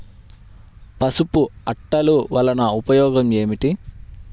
పసుపు అట్టలు వలన ఉపయోగం ఏమిటి?